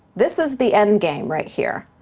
this is the end game right here.